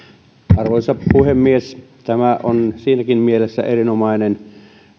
arvoisa puhemies tämä on siinäkin mielessä erinomainen